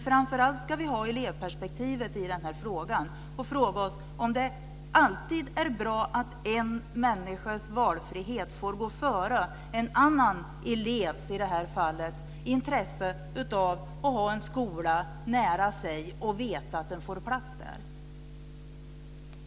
Framför allt ska vi ha elevperspektivet i den här frågan och fråga oss om det alltid är bra att en människas valfrihet får gå före en annan elevs, i det här fallet, intresse av att ha en skola nära sig och veta att han får plats där.